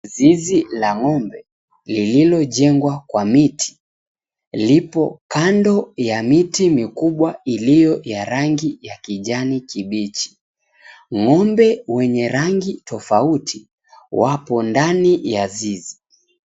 Zizi la ng'ombe, lililojengwa kwa miti, lipo kando ya miti mikubwa iliyo ya rangi ya kijani kibichi. Ng'ombe wenye rangi tofauti, wapo ndani ya zizi.